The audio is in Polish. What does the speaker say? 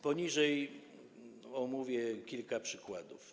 Poniżej omówię kilka przykładów.